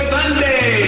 Sunday